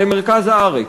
למרכז הארץ.